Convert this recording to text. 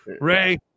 Ray